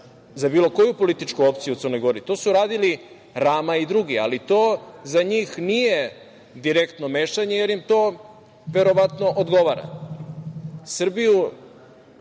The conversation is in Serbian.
za bilo koju političku opciju u Crnoj Gori. To su radili Rama i drugi. Ali, to za njih nije direktno mešanje, jer im to verovatno odgovara. Srbiju